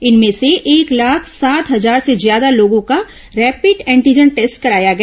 इनमें से एक लाख सात हजार से ज्यादा लोगों का रैपिड एंटीजन टेस्ट कराया गया